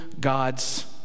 God's